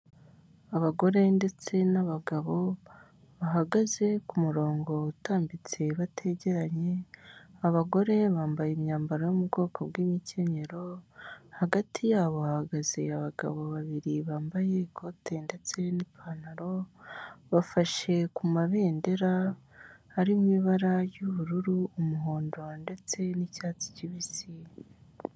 Abagore ndetse n'abagabo, bahagaze ku murongo utambitse bategeranye, abagore bambaye imyambaro yo mu bwoko bw'imikenyero, hagati ya bo hahagaze abagabo babiri bambaye ikote ndetse n'ipantaro, bafashe ku ma bendera, arimo ibara ry'ubururu, umuhondo ndetse n'icyatsi kibisi.